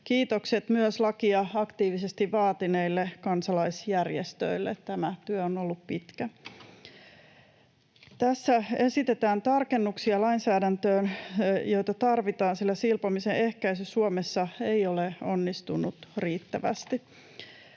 Kiitokset myös lakia aktiivisesti vaatineille kansalaisjärjestöille, tämä työ on ollut pitkä. Tässä esitetään lainsäädäntöön tarkennuksia, joita tarvitaan, sillä silpomisen ehkäisy Suomessa ei ole onnistunut riittävästi.